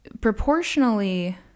proportionally